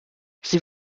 sie